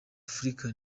afurika